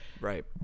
Right